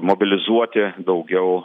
mobilizuoti daugiau